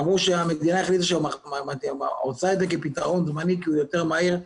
אמרו שהמדינה החליטה שהיא רוצה את זה כפתרון זמני כי הוא יותר מהיר,